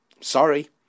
Sorry